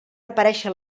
aparèixer